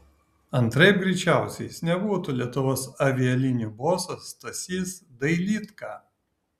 antraip greičiausiai jis nebūtų lietuvos avialinijų bosas stasys dailydka